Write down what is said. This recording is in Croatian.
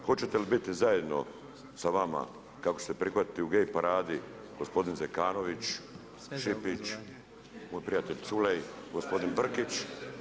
Hoćete li biti zajedno sa vama, kako ćete prihvatiti u gej paradi gospodin Zekanović, Šipić, moj prijatelj Culej, gospodin Brkić.